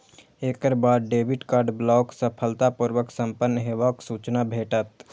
एकर बाद debit card block सफलतापूर्व संपन्न हेबाक सूचना भेटत